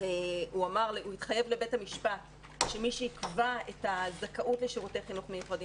הוא התחייב לבית המשפט שמי שיקבע את הזכאות לשירותי חינוך מיוחדים